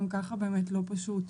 גם ככה באמת לא פשוט.